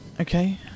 okay